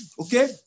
okay